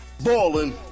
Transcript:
Ballin